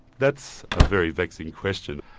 that's a very vexing question.